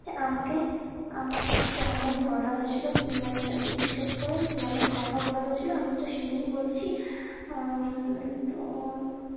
আমাকে আমাকে যেমন বলা হয়েছিলো মানে যেমন টাকা বলা হয়েছিলো আমি তো সেরকমই বলেছি তো